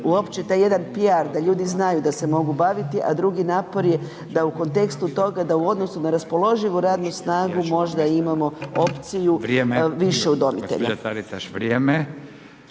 uopće taj jedan PR da ljudi znaju da se mogu baviti, a drugi napor je da u kontekstu toga, da u odnosu na raspoloživu radnu snagu možda imamo opciju više udomitelja.